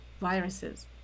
viruses